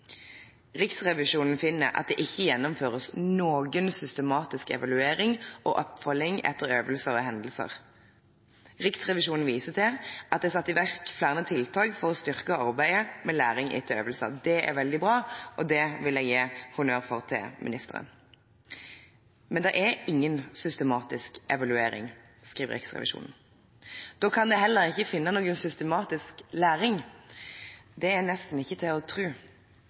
Riksrevisjonen finner at det ikke gjennomføres noen systematisk evaluering og oppfølging etter øvelser og hendelser. Riksrevisjonen viser til at det er satt i verk flere tiltak for å styrke arbeidet med læring etter øvelser. Det er veldig bra, og det vil jeg gi ministeren honnør for. Men det er ingen systematisk evaluering, skriver Riksrevisjonen. Da kan det heller ikke finnes noen systematisk læring. Det er nesten ikke til å